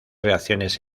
reacciones